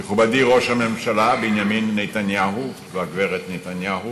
מכובדי ראש הממשלה בנימין נתניהו והגברת נתניהו,